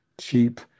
cheap